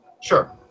Sure